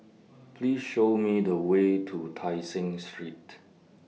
Please Show Me The Way to Tai Seng Street